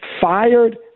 fired